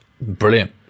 Brilliant